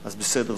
אז בסדר,